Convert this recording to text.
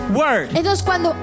word